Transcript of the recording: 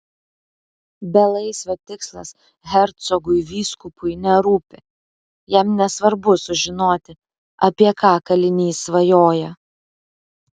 belaisvio tikslas hercogui vyskupui nerūpi jam nesvarbu sužinoti apie ką kalinys svajoja